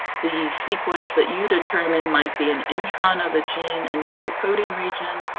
the sequence that you determine might be an intron of a gene, and not the coding region,